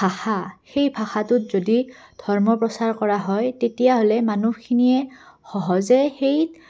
ভাষা সেই ভাষাটোত যদি ধৰ্ম প্ৰচাৰ কৰা হয় তেতিয়াহ'লে মানুহখিনিয়ে সহজে সেই